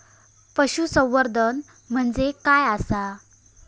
पशुसंवर्धन म्हणजे काय आसा?